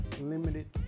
limited